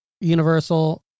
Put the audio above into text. Universal